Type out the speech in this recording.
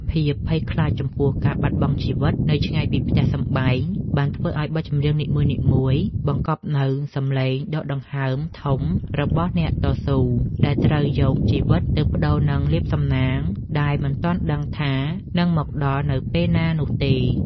ភាពភ័យខ្លាចចំពោះការបាត់បង់ជីវិតនៅឆ្ងាយពីផ្ទះសម្បែង បានធ្វើឱ្យបទចម្រៀងនីមួយៗបង្កប់នូវសម្លេងដកដង្ហើមធំរបស់អ្នកតស៊ូ ដែលត្រូវយកជីវិតទៅប្តូរនឹងលាភសំណាងដែលមិនទាន់ដឹងថានឹងមកដល់នៅពេលណានោះទេ។